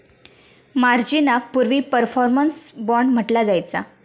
मार्जिनाक पूर्वी performance bond म्हटला जायचा